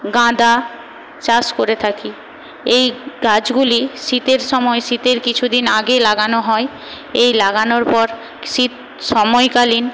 গাঁদা চাষ করে থাকি এই গাছগুলি শীতের সময় শীতের কিছুদিন আগে লাগানো হয় এই লাগানোর পর শীত সময়কালীন